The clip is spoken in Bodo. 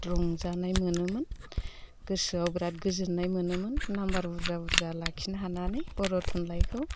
रंजानाय मोनोमोन गोसोआव बिराद गोजोननाय मोनोमोन नाम्बार बुरजा बुरजा लाखिनो हानानै बर' थुनलाइखौ